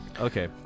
Okay